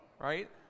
Right